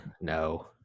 No